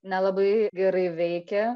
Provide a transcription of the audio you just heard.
nelabai gerai veikia